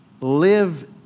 live